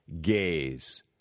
gaze